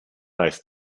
ice